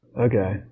okay